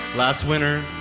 last winter,